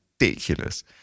ridiculous